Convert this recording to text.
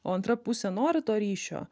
o antra pusė nori to ryšio